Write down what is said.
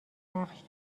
نقش